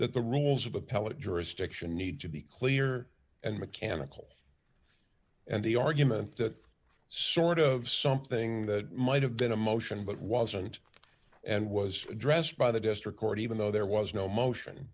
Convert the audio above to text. jurisdiction need to be clear and mechanical and the argument that sort of something that might have been a motion but wasn't and was addressed by the district court even though there was no motion